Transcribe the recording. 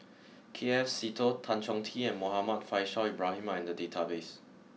K F Seetoh Tan Chong Tee and Muhammad Faishal Ibrahim are in the database